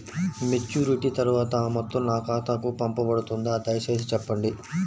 Maturity తర్వాత ఆ మొత్తం నా ఖాతాకు పంపబడుతుందా? దయచేసి చెప్పండి?